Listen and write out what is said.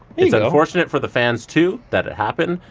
it's unfortunate for the fans too that it happened.